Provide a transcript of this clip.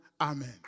Amen